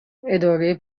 اداره